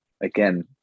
again